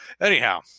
Anyhow